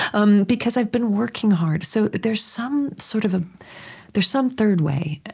um because i've been working hard. so there's some sort of a there's some third way.